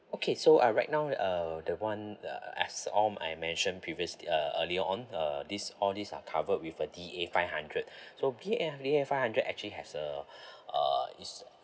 okay so uh right now uh the [one] uh as how I mentioned previously uh earlier on uh these all these are covered with a D_A five hundred so D_A~ D_A five hundred actually has uh uh is